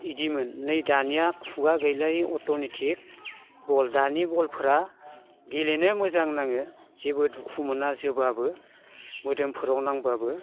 बिदिमोन नै दानिया खुगा गैलायि अट'मेटिक बल दानि बलफोरा गेलेनो मोजां नाङो जेबो दुखु मोना जोबाबो मोदोमफोराव नांबाबो